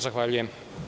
Zahvaljujem.